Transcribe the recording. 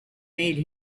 made